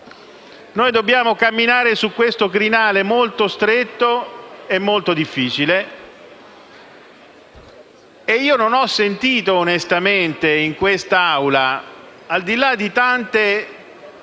Noi dobbiamo camminare su questo crinale molto stretto e molto difficile. Onestamente in quest'Aula, al di là di tante